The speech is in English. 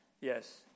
Yes